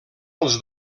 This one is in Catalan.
els